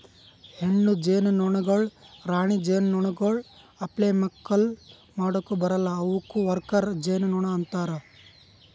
ಹೆಣ್ಣು ಜೇನುನೊಣಗೊಳ್ ರಾಣಿ ಜೇನುನೊಣಗೊಳ್ ಅಪ್ಲೆ ಮಕ್ಕುಲ್ ಮಾಡುಕ್ ಬರಲ್ಲಾ ಅವುಕ್ ವರ್ಕರ್ ಜೇನುನೊಣ ಅಂತಾರ